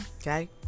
okay